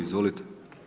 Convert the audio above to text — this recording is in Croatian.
Izvolite.